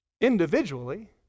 Individually